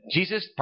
Jesus